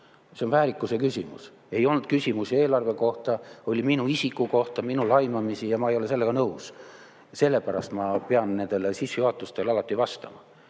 see on väärikuse küsimus. Ei olnud küsimusi eelarve kohta, oli minu isiku kohta, minu laimamist. Ma ei ole sellega nõus. Ja sellepärast ma pean sellistele sissejuhatustele alati vastama.